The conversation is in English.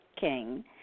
King